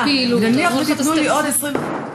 תודה למזכירת הכנסת.